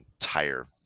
entire